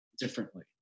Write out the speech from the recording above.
differently